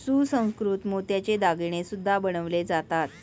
सुसंस्कृत मोत्याचे दागिने सुद्धा बनवले जातात